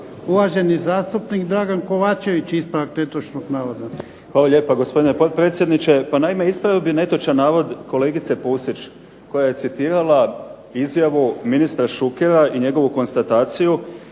Uvaženi zastupnik Dragan Kovačević, ispravak netočnog navoda. **Kovačević, Dragan (HDZ)** Hvala lijepo gospodine potpredsjedniče. Pa naime ispravio bih netočan navod kolegice Pusić koja je citirala izjavu ministra Šukera i njegovu konstataciju